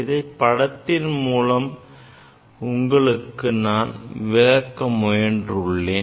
அதை இப்படத்தின் மூலம் உங்களுக்கு விளக்க முயன்றுள்ளேன்